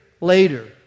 later